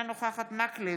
אינה נוכחת אורי מקלב,